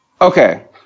Okay